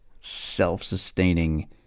self-sustaining